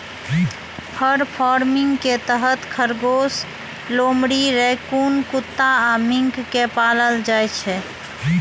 फर farming के तहत खरगोश, लोमड़ी, रैकून कुत्ता आ मिंक कें पालल जाइ छै